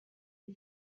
les